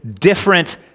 different